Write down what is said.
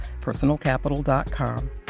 personalcapital.com